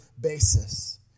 basis